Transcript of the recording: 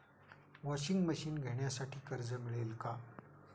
Washing machine घेण्यासाठी कर्ज मिळेल का?